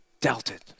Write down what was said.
doubted